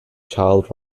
child